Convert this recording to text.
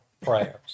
prayers